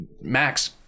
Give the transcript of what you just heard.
Max